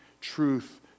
truth